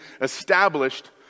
established